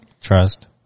Trust